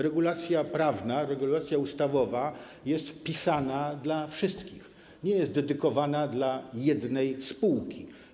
Regulacja prawna, regulacja ustawowa jest pisana dla wszystkich, nie jest dedykowana dla jednej spółki.